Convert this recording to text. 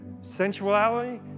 sensuality